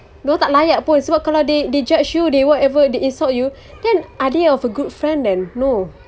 dia orang tak layak pun sebab kalau they they judge you they whatever they insult you then are they of a good friend then no